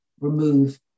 remove